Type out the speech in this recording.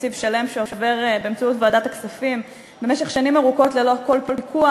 תקציב שלם שעובר באמצעות ועדת הכספים ללא כל פיקוח.